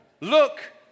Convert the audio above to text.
look